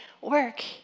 work